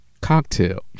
cocktail